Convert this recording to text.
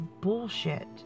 bullshit